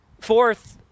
Fourth